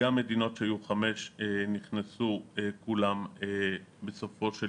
גם מדינות שהיו חמש נכנסו כולן בסופו של